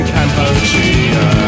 Cambodia